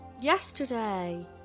Yesterday